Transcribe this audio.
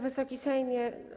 Wysoki Sejmie!